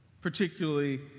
particularly